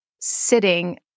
sitting